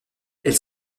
elles